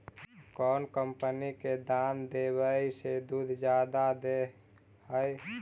कौन कंपनी के दाना देबए से दुध जादा दे है?